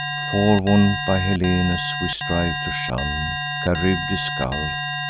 forewarn'd by helenus, we strive to shun charybdis' gulf,